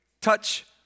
Touch